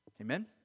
Amen